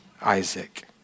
Isaac